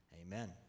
Amen